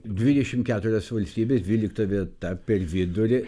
dvidešimt keturios valstybės dvylikta vieta per vidurį